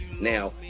now